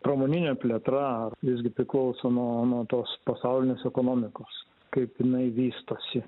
pramoninė plėtra visgi priklauso nuo nuo tos pasaulinės ekonomikos kaip jinai vystosi